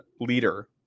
leader